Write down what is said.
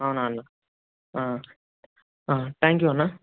అవునా అన్న thank you అన్న